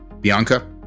Bianca